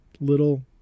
little